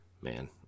man